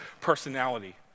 personality